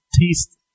taste